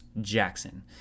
Jackson